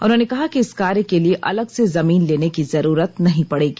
उन्होंने कहा कि इस कार्य के लिए अलग से जमीन लेने की जरूरत नहीं पड़ेगी